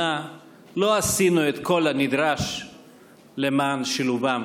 לא עשינו את כל הנדרש למען שילובם,